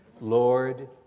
Lord